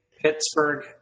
Pittsburgh